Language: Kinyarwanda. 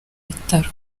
bitaro